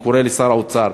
אני קורא לשר האוצר,